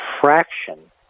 fraction